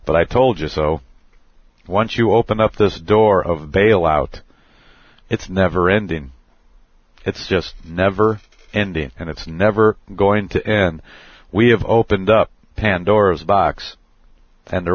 but i told you so once you open up this door of bail out it's never ending it's just never ending and it's never going to end we have opened up pandora's box and there